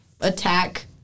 attack